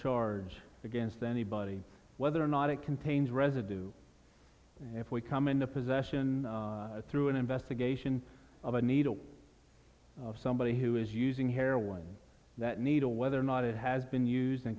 charge against anybody whether or not it contains residue if we come into possession through an investigation of a needle somebody who is using heroin that needle whether or not it has been us